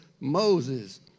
Moses